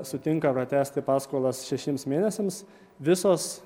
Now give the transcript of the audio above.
sutinka pratęsti paskolas šešiems mėnesiams visos